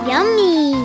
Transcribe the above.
Yummy